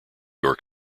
york